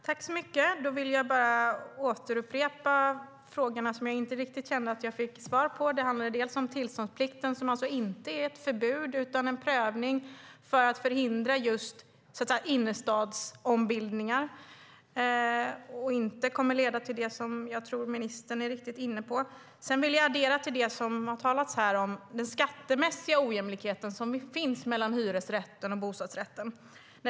Herr talman! Jag upprepar de frågor som jag inte riktigt kände att jag fick svar på. Det handlade bland annat om tillståndsplikten, som alltså inte är ett förbud utan en prövning för att förhindra innerstadsombildningar och som inte kommer att leda till det jag tror ministern är inne på. Sedan vill jag gå vidare till den skattemässiga ojämlikhet som ju finns mellan hyresrätten och bostadsrätten.